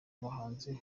abahanzi